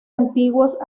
antiguos